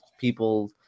people